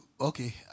okay